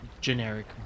Generic